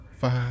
Five